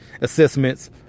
assessments